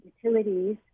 utilities